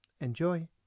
Enjoy